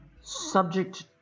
Subject